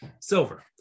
silver